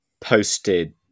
posted